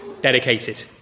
dedicated